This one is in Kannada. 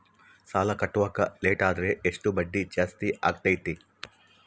ಸಾಲ ಕಟ್ಟಾಕ ಲೇಟಾದರೆ ಎಷ್ಟು ಬಡ್ಡಿ ಜಾಸ್ತಿ ಆಗ್ತೈತಿ?